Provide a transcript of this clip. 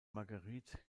marguerite